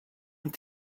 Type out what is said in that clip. und